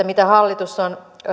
mitä hallitus on